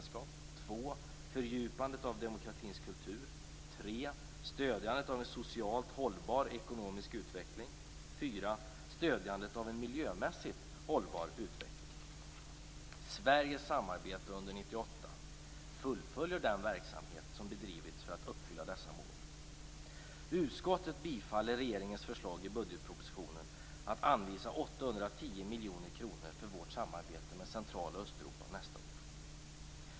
Stödjandet av en socialt hållbar ekonomisk utveckling Sveriges samarbete under 1998 fullföljer den verksamhet som bedrivits för att uppfylla dessa mål. Utskottet bifaller regeringens förslag i budgetpropositionen att anvisa 810 miljoner kronor för vårt samarbete med Central och Östeuropa nästa år.